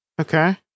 Okay